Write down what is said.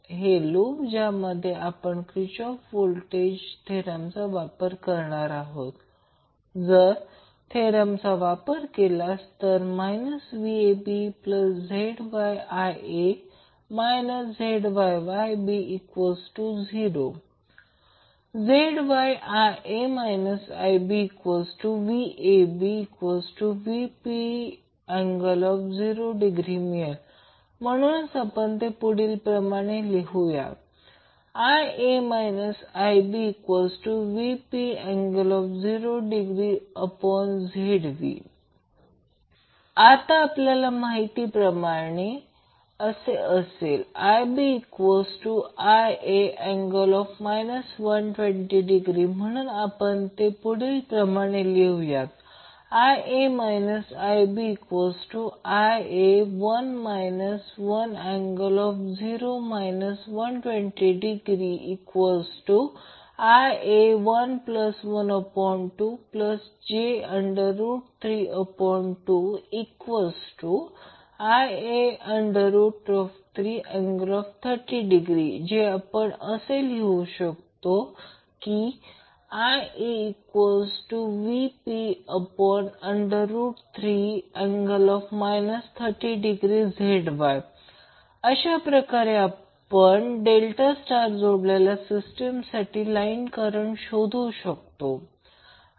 हे लूप आहे ज्यामध्ये आपण क्रिचॉफ व्होल्टेज थेरमचा वापर करणार आहोत जर थेरमचा वापर केला तर VabZYIa ZYIb0 किंवा ZYVabVp∠0° मिळेल म्हणून आपण ते पुढील प्रमाणे लिहूया Ia IbVp∠0°ZY आता आपल्या माहितीप्रमाणे असे असेल IbIa∠ 120° म्हणून आपण ते पुढील प्रमाणे लिहूया Ia IbIa1 1∠ 120° Ia112j32Ia3∠30° जे आपण लिहू शकतो IaVp3∠ 30°ZY अशाप्रकारे आपण डेल्टा स्टार जोडलेल्या सिस्टीमसाठी लाईन करंट शोधु शकतो